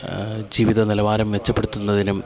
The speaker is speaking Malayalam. ജീവിത നിലവാരം മെച്ചപ്പെടുത്തുന്നതിനും